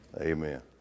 Amen